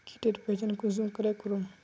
कीटेर पहचान कुंसम करे करूम?